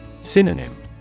Synonym